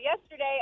yesterday